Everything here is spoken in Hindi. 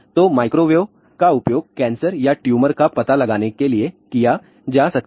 तो माइक्रोवेव का उपयोग कैंसर या ट्यूमर का पता लगाने के लिए किया जा सकता है